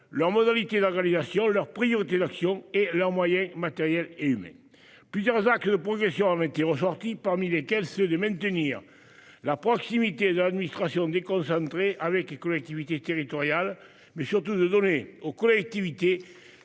leurs modalités d'réalisation leur prix action et leurs moyens matériels et humains plusieurs le profession métier ressorti parmi lesquels ceux de maintenir la proximité d'. Administration déconcentrée avec les collectivités territoriales, mais surtout de donner aux collectivités,